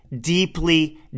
deeply